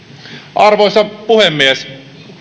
arvoisa puhemies